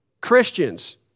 Christians